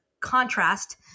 contrast